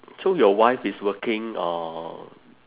so your wife is working or